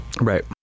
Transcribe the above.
right